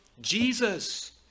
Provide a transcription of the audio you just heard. Jesus